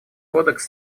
кодекс